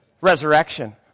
Resurrection